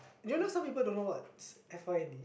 do you know someone don't know what's F_Y_N_A